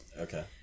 Okay